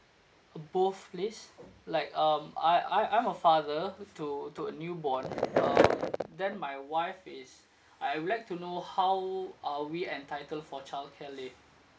uh both please like um I I I'm a father to to a newborn um then my wife is I would like to know how are we entitled for childcare leave